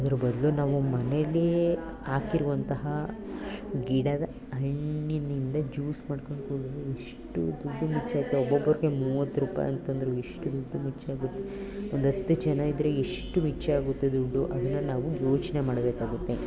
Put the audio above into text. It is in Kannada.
ಅದ್ರ ಬದಲು ನಾವು ಮನೆಯಲ್ಲಿಯೇ ಹಾಕಿರುವಂತಹ ಗಿಡದ ಹಣ್ಣಿನಿಂದ ಜ್ಯೂಸ್ ಮಾಡ್ಕೊಂಡು ಕುಡಿದರೆ ಎಷ್ಟು ದುಡ್ಡು ಮಿಚ್ಚಾಯ್ತ ಒಬ್ಬೊಬ್ರಿಗೆ ಮೂವತ್ತು ರೂಪಾಯಿ ಅಂತಂದರೂ ಎಷ್ಟು ದುಡ್ಡು ಮಿಚ್ಚಾಗುತ್ತೆ ಒಂದು ಹತ್ತು ಜನ ಇದ್ದರೆ ಎಷ್ಟು ಮಿಚ್ಚಾಗುತ್ತೆ ದುಡ್ಡು ಅದನ್ನು ನಾವು ಯೋಚನೆ ಮಾಡಬೇಕಾಗುತ್ತೆ